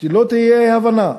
שלא תהיה אי-הבנה,